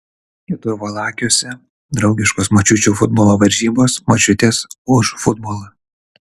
keturvalakiuose draugiškos močiučių futbolo varžybos močiutės už futbolą